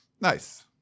Nice